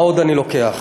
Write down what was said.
מה עוד אני לוקח?